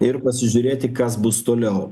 ir pasižiūrėti kas bus toliau